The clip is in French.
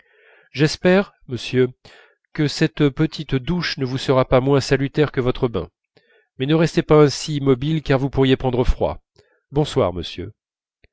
j'espère monsieur que cette petite douche ne vous sera pas moins salutaire que votre bain mais ne restez pas ainsi immobile vous pourriez prendre froid bonsoir monsieur